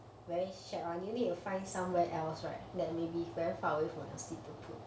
very shag [one] you need to find somewhere else right that maybe very far away from your seat to put